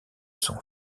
son